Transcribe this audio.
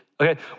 Okay